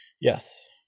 Yes